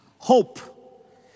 Hope